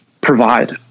provide